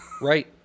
right